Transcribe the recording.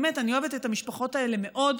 באמת, אני אוהבת את המשפחות האלה מאוד.